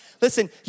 Listen